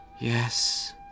Yes